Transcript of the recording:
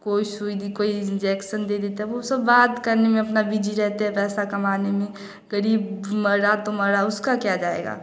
कोई सुई दी कोई इंजेक्शन दे दी तब वह सब बात करने में अपना बिजी रहते हैं पैसा कमाने में गरीब मरा तो मरा उसका क्या जाएगा